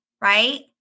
right